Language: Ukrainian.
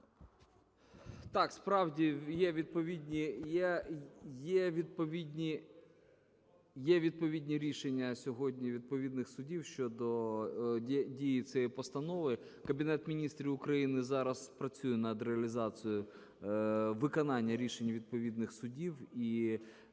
є відповідні, є відповідні рішення сьогодні відповідних судів щодо дії цієї постанови. Кабінет Міністрів України зараз працює над реалізацією виконання рішення відповідних судів.